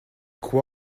quoi